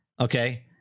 okay